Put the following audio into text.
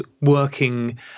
working